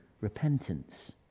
repentance